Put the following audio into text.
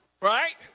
right